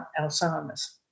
Alzheimer's